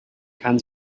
kann